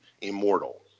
Immortal